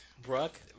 Brooke